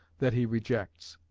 that he rejects.